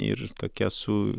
ir tokia su